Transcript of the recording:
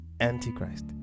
Antichrist